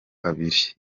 abiri